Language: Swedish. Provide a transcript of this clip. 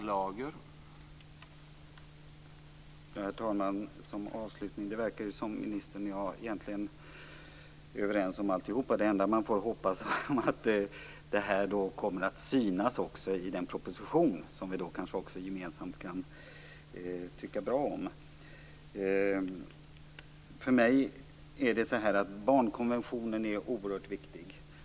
Herr talman! Som avslutning vill jag säga att det verkar som om ministern och jag egentligen är överens om alltihop. Det enda man får hoppas är att det här också kommer att synas i den proposition som vi kanske gemensamt kan tycka bra om. För mig är det så att barnkonventionen är oerhört viktig.